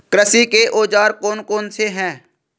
कृषि के औजार कौन कौन से हैं?